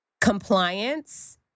compliance